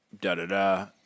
Da-da-da